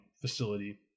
facility